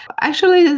actually,